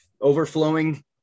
overflowing